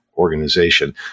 organization